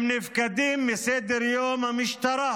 הם נפקדים מסדר-היום של המשטרה